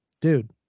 dude